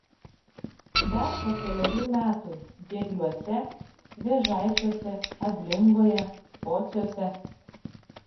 dar po kelerių metų diegliuose vėžaičiuose ablingoje pociuose